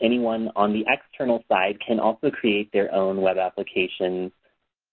anyone on the external side can also create their own web applications